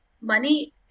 Money